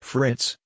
Fritz